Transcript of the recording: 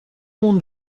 monde